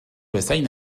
bezain